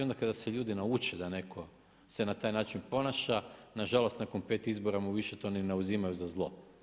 Onda kada se ljudi nauče da netko se na taj način ponaša na žalost nakon 5 izbora mu više to ni ne uzimaju za zlo.